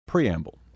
preamble